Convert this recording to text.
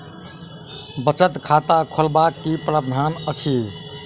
बचत खाता खोलेबाक की प्रावधान अछि?